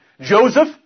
Joseph